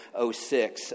06